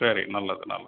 சரி நல்லது நல்லது